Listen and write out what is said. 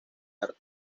arte